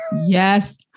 Yes